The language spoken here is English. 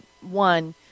one